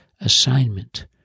assignment